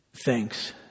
Thanks